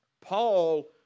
Paul